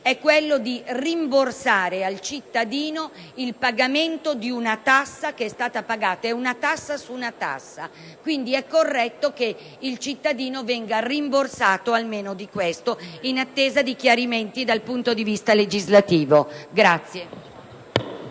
è però rimborsare al cittadino il pagamento di una tassa che è stata pagata, di una tassa su una tassa. È corretto quindi che il cittadino venga rimborsato almeno di questo, in attesa di chiarimenti dal punto di vista legislativo*.